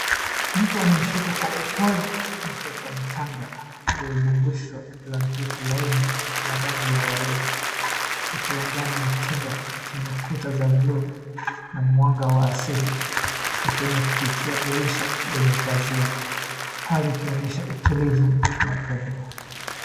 Mtu anamshika kwa upole mtoto mchanga aliyezungushwa blanketi laini la rangi ya waridi. Akiwa ndani ya chumba chenye kuta za bluu ,na mwanga wa asili ,ukipenya kupitia dirisha lenye pazia .Hali ikonyesha utulivu na upendo.